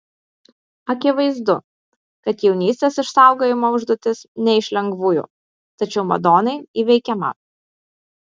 akivaizdu kad jaunystės išsaugojimo užduotis ne iš lengvųjų tačiau madonai įveikiama